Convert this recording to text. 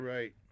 Right